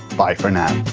bye for now.